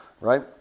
Right